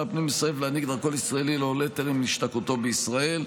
הפנים לסרב להעניק דרכון ישראלי לעולה בטרם השתקעותו בישראל.